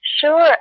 Sure